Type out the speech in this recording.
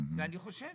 ואני חושב